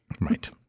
Right